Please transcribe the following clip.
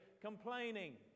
complaining